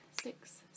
six